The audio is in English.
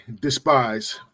despise